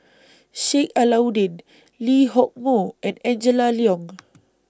Sheik Alau'ddin Lee Hock Moh and Angela Liong